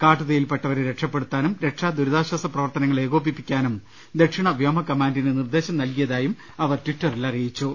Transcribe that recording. കാട്ടുതീയിൽപ്പെട്ടവരെ രക്ഷപ്പെടു ത്താനും രക്ഷാദുരിതാശാസ പ്രവർത്തനങ്ങൾ ഏക്ടോപിപ്പിക്കാനും ദക്ഷിണ വ്യോമ കമാന്റിന് നിർദ്ദേശം നൽകിയതായി അവർ ട്വിറ്ററിൽ അറിയിച്ചു